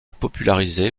popularisé